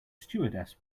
stewardess